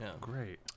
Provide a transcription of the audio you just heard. great